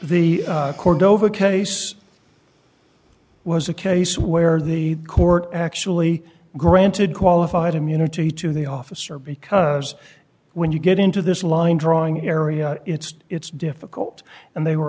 the cordova case was a case where the court actually granted qualified immunity to the officer because when you get into this line drawing area it's it's difficult and they were